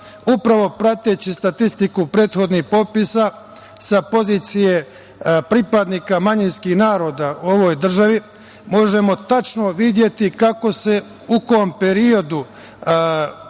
upravo prateći statistiku prethodnih popisa sa pozicije pripadnika manjinskih naroda u ovoj državi, možemo tačno videti kako se i u kom periodu